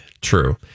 True